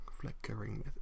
Flickering